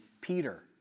Peter